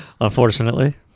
Unfortunately